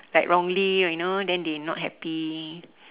like wrongly you know then they not happy